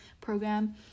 program